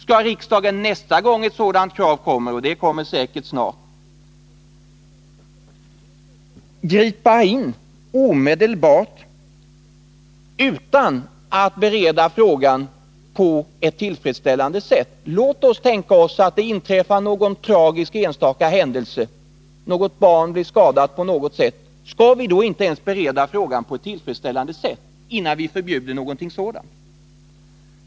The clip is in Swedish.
Skall riksdagen nästa gång ett sådant krav kommer — och det kommer säkerligen snart — gripa in omedelbart utan att bereda frågan på ett tillfredsställande sätt? Låt oss tänka oss att det inträffar någon enstaka tragisk händelse — ett barn blir skadat på något sätt. Skall vi då inte ens bereda frågan på ett tillfredsställande sätt innan vi förbjuder någonting sådant?